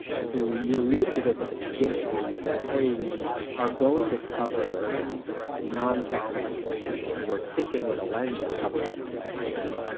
and so you alluded to this at the beginning where you said, hey, we are going to cover non-tech companies, too, and we're thinking with a lens of covering non-tech companies.